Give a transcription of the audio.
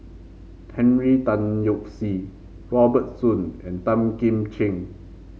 Henry Tan Yoke See Robert Soon and Tan Kim Ching